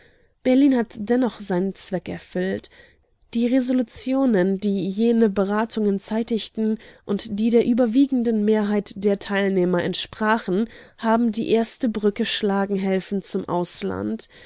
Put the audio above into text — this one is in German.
berlin hat dennoch seinen zweck erfüllt die resolutionen die jene beratungen zeitigten und die der überwiegenden mehrheit der teilnehmer entsprachen haben die erste brücke schlagen helfen zum ausland